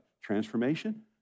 transformation